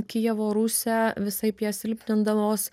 kijevo rusią visaip ją silpnindamos